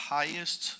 highest